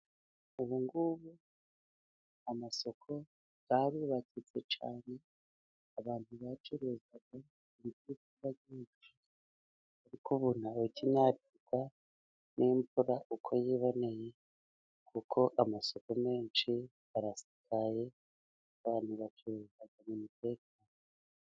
Ubu ngubu amasoko yarubakitse cyane. Abantu bacuruzaga ibyo kurya byinshi. Ariko ubu ntawe ukinyagirwa n'imvura uko yiboneye, kuko amasoko menshi arasakaye, abantu bacururiza mu mutekano.